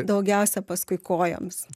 daugiausia paskui kojomis